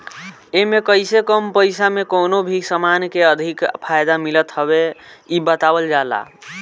एमे कइसे कम पईसा में कवनो भी समान के अधिक फायदा मिलत हवे इ बतावल जाला